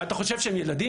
מה אתה חושב שהם ילדים?